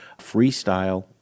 freestyle